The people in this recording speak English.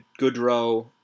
Goodrow